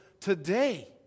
today